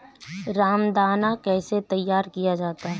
रामदाना कैसे तैयार किया जाता है?